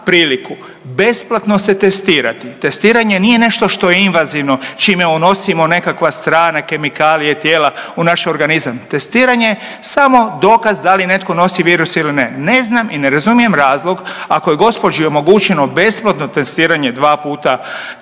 priliku besplatno se testirati. Testiranje nije nešto što je invazivno, čime unosimo nekakva strana, kemikalije, tijela u naš organizam. Testiranje je samo dokaz da li netko nosi virus ili ne. Ne znam i ne razumijem razlog ako je gospođi omogućeno besplatno testiranje dva puta tjedno